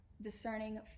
discerning